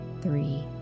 three